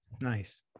Nice